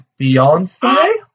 Beyonce